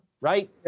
right